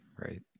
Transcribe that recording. Right